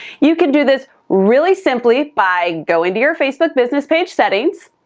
you can do this really simply by going to your facebook business page settings.